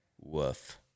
woof